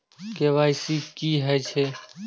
KYC की हे छे?